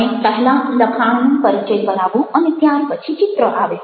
તમે પહેlલાં લખાણનો પરિચય કરાવો અને ત્યાર પછી ચિત્ર આવે